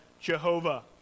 Jehovah